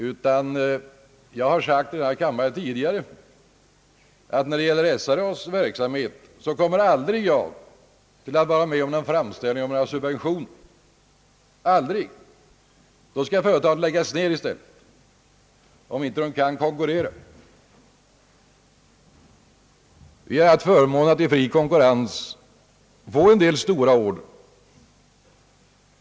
Jag har tidigare sagt i kammaren, att när det gäller SRA:s verksamhet kommer jag aldrig att vara med om någon framställning om subventioner. Nej, företaget skall läggas ned i stället om det inte kan konkurrera. Vi har haft förmånen att i fri konkurrens få en del stora order.